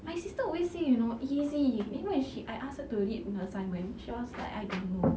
my sister always say you know easy then when I ask her to read the assignment she was like I don't know